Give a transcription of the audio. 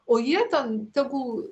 o jie ten tegul